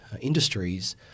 industries